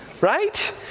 Right